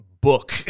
book